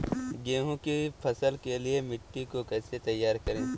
गेहूँ की फसल के लिए मिट्टी को कैसे तैयार करें?